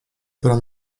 którą